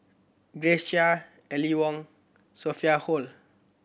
Grace Chia Aline Wong Sophia Hull